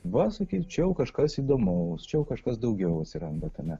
va sakyt čia jau kažkas įdomaus čia kažkas daugiau atsiranda tame